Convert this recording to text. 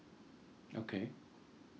okay